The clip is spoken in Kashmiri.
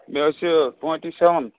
مےٚ حظ چھِ ٹُونٹی سٮ۪وَن